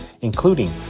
including